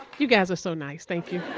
you guys are so nice. thank you